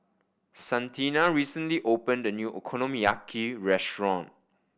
Santina recently opened a new Okonomiyaki restaurant